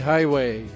Highway